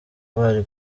bari